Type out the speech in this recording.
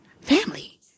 Family